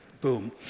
Boom